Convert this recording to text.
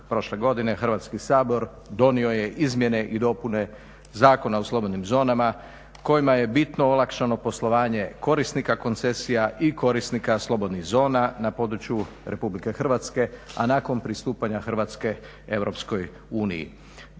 prošle godine Hrvatski sabor donio je izmjene i dopune Zakona o slobodnim zonama kojima je bitno olakšano poslovanje korisnika koncesija i korisnika slobodnih zona na području RH, a nakon pristupanja Hrvatske EU. Zakon je